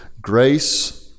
grace